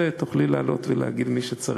תוכלי אחר כך לעלות ולהגיד למי שצריך.